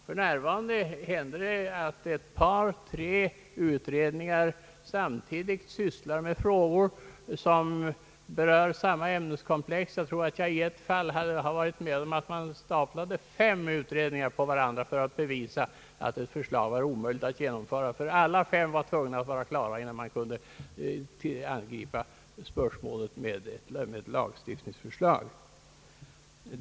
För närvarande händer det att ett par, tre utredningar samtidigt sysslar med frågor som berör samma ämneskomplex; jag har i ett fall varit med om att man staplade fem utredningar på varandra för att bevisa att ett förslag var omöjligt att genomföra, ty alla fem skulle nödvändigtvis vara klara innan man kunde angripa spörsmålet med ett lagstiftningsförslag.